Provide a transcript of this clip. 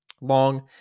Long